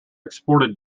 exported